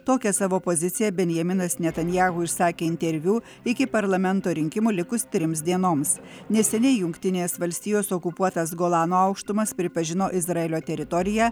tokią savo poziciją benjaminas netanjahu išsakė interviu iki parlamento rinkimų likus trims dienoms neseniai jungtinės valstijos okupuotas golano aukštumas pripažino izraelio teritorija